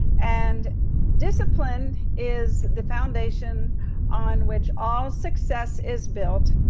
and discipline is the foundation on which all success is built,